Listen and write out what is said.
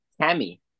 Tammy